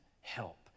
help